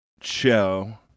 show